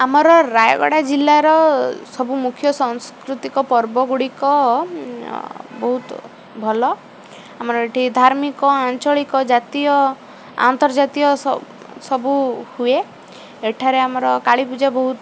ଆମର ରାୟଗଡ଼ା ଜିଲ୍ଲାର ସବୁ ମୁଖ୍ୟ ସାଂସ୍କୃତିକ ପର୍ବଗୁଡ଼ିକ ବହୁତ ଭଲ ଆମର ଏଠି ଧାର୍ମିକ ଆଞ୍ଚଳିକ ଜାତୀୟ ଆନ୍ତର୍ଜାତୀୟ ସବୁ ହୁଏ ଏଠାରେ ଆମର କାଳୀପୂଜା ବହୁତ